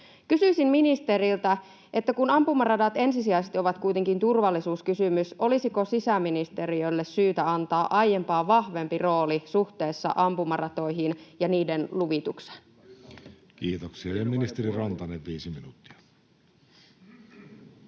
Kysyisin ministeriltä: kun ampumaradat ensisijaisesti ovat kuitenkin turvallisuuskysymys, niin olisiko sisäministeriölle syytä antaa aiempaa vahvempi rooli suhteessa ampumaratoihin ja niiden luvitukseen? [Markku Eestilä: Erinomainen kysymys!]